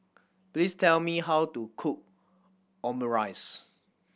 please tell me how to cook Omurice